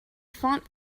font